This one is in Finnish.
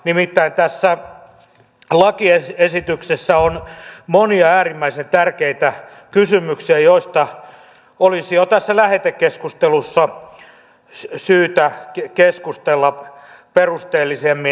nimittäin tässä lakiesityksessä on monia äärimmäisen tärkeitä kysymyksiä joista olisi jo tässä lähetekeskustelussa syytä keskustella perusteellisemmin